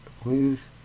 Please